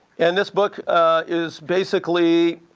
and this book is basically